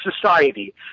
society